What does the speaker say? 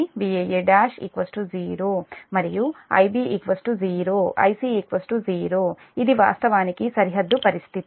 మరియు Ib 0 Ic 0 ఇది వాస్తవానికి సరిహద్దు పరిస్థితి